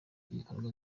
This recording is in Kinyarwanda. ibikorwa